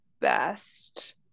best